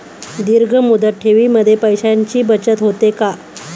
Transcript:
दीर्घ मुदत ठेवीमध्ये पैशांची बचत होते का?